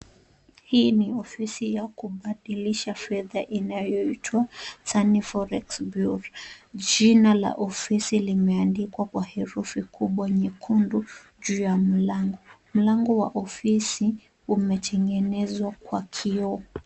Hii ni ofisi ya kubadilisha fedha inayoitwa SUNNY FOREX BUREAU .Jina la ofisi limeandikwa kwa herufi kubwa nyekundu juu ya mlango. Mlango wa ofisi umetengenezwa kwa kioo.